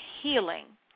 healing